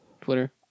Twitter